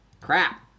Crap